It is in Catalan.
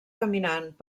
caminant